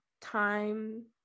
time